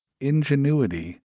ingenuity